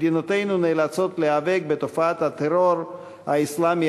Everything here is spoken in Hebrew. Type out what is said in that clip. מדינותינו נאלצות להיאבק בתופעת הטרור האסלאמי